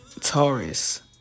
Taurus